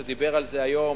שדיבר על זה היום,